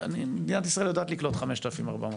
מדינת ישראל יודעת לקלוט 5400 עולים,